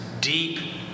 Deep